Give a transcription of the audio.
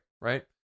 Right